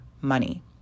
money